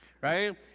right